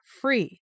free